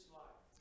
life